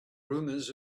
rumors